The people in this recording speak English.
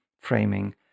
framing